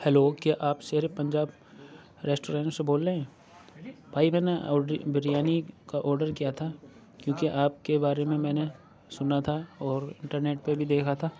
hello کیا آپ Sher e Punjab restaurant سے بول رہے ہیں بھائی میں نے آڈر بریانی کا آڈر کیا تھا کیوں کہ آپ کے بارے میں میں نے سُنا تھا اور انٹرنیٹ پہ بھی دیکھا تھا